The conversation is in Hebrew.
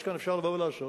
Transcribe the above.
מה שכאן אפשר לבוא ולעשות,